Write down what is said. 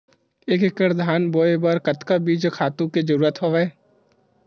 एक एकड़ धान बोय बर कतका बीज खातु के जरूरत हवय?